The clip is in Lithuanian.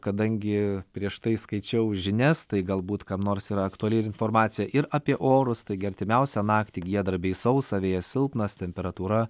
kadangi prieš tai skaičiau žinias tai galbūt kam nors yra aktuali informacija ir apie orus taigi artimiausią naktį giedra bei sausa vėjas silpnas temperatūra